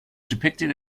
depicted